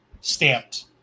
stamped